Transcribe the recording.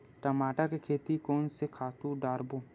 टमाटर के खेती कोन से खातु डारबो?